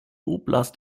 oblast